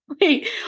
wait